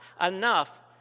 enough